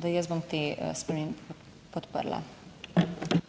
Zdaj, jaz bom te spremembe podprla.